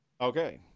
Okay